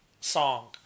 song